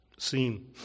Seen